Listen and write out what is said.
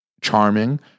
charming